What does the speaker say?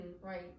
right